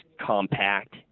compact